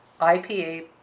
IPA